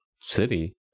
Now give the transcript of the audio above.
city